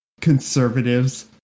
conservatives